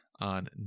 on